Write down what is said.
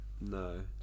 No